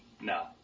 No